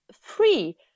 free